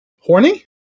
Horny